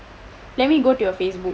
let me go to your Facebook